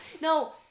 No